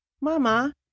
Mama